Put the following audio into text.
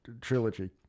trilogy